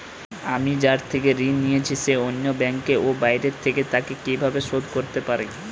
আমি যার থেকে ঋণ নিয়েছে সে অন্য ব্যাংকে ও বাইরে থাকে, তাকে কীভাবে শোধ করতে পারি?